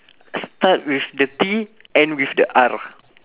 start with the T end with the R